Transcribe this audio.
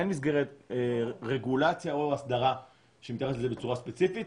אין מסגרת רגולציה או אסדרה שמתחת את זה בצורה ספציפית.